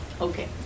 Okay